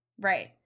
right